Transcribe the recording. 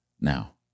now